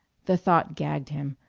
the thought gagged him.